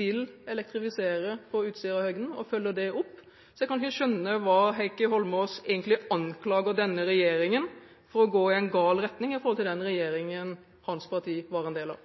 vil elektrifisere på Utsirahøyden og følger det opp. Jeg kan ikke skjønne at Heikki Eidsvoll Holmås egentlig anklager denne regjeringen for å gå i en gal retning i forhold til det den regjeringen hans parti var en del av,